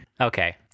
Okay